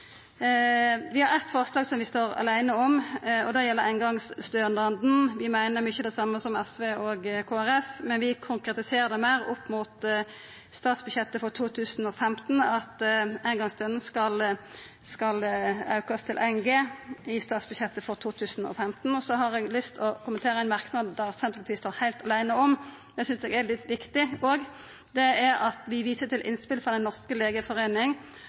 Vi har eit forslag som vi står aleine om, og det gjeld eingongsstønaden. Vi meiner mykje av det same som SV og Kristeleg Folkeparti, men vi konkretiserer det opp mot statsbudsjettet for 2015, at eingongsstønaden skal aukast til 1 G i statsbudsjettet for 2015. Så har eg lyst til å kommentera ein merknad Senterpartiet står heilt aleine om. Eg synest han er litt viktig òg. Vi viser til innspel frå Den norske legeforening